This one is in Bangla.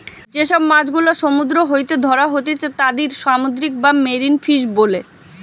যে সব মাছ গুলা সমুদ্র হইতে ধ্যরা হতিছে তাদির সামুদ্রিক বা মেরিন ফিশ বোলে